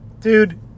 Dude